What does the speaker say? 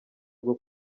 rwo